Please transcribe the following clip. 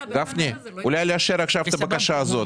גפני, אולי לאשר עכשיו את הבקשה הזאת.